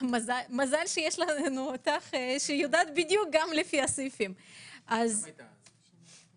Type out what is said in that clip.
שלמה פרלוב מהסתדרות הגמלאים,